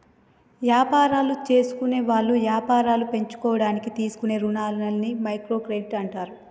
యాపారాలు జేసుకునేవాళ్ళు యాపారాలు పెంచుకోడానికి తీసుకునే రుణాలని మైక్రో క్రెడిట్ అంటారు